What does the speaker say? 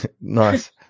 Nice